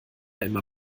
immer